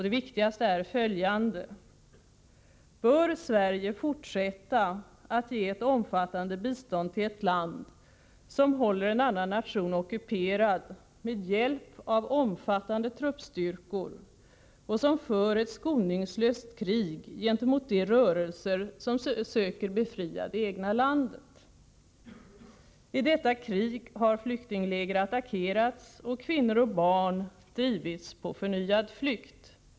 De viktigaste är följande: Bör Sverige fortsätta att ge ett omfattande bistånd till ett land som håller en annan nation ockuperad med hjälp av omfattande truppstyrkor och som för ett skoningslöst krig gentemot de rörelser som söker befria det egna landet? I detta krig har flyktingläger attackerats och kvinnor och barn drivits på förnyad flykt.